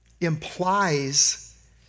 implies